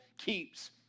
keeps